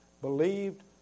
believed